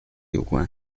有关